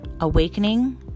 awakening